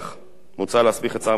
מוצע להסמיך את שר המשפטים להתקין,